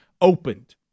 opened